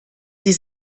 sie